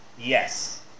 Yes